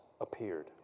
appeared